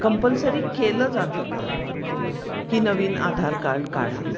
compulsory केलं जातं का की नवीन आधार कार्ड काढा